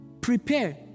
Prepare